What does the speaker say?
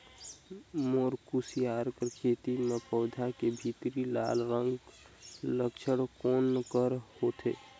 मोर कुसियार कर खेती म पौधा के भीतरी लाल रंग कर लक्षण कौन कर होथे?